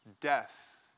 death